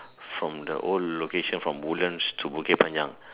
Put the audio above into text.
from the old location from woodlands to Bukit-Panjang